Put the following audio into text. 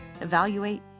evaluate